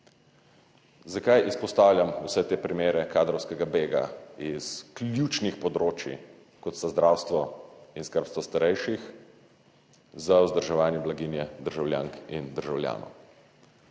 Zakaj izpostavljam vse te primere kadrovskega bega iz ključnih področij kot sta zdravstvo in skrbstvo starejših za vzdrževanje blaginje državljank in državljanov?